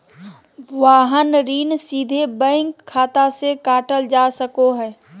वाहन ऋण सीधे बैंक खाता से काटल जा सको हय